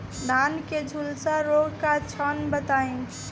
धान में झुलसा रोग क लक्षण बताई?